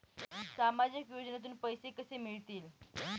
सामाजिक योजनेतून पैसे कसे मिळतील?